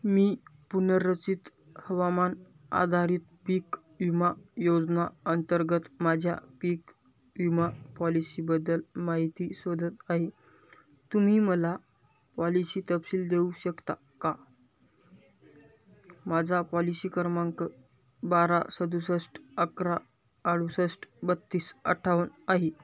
मी पुनर्रचित हवामान आधारित पीक विमा योजना अंतर्गत माझ्या पीक विमा पॉलिशीबद्दल माहिती शोधत आहे तुम्ही मला पॉलिशी तपशील देऊ शकता का माझा पॉलिसी क्रमांक बारा सदुसष्ट अकरा अडुसष्ट बत्तीस अठ्ठावन्न आहे